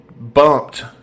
bumped